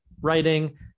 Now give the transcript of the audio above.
writing